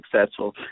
successful